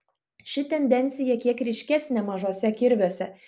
ši tendencija kiek ryškesnė mažuose kirviuose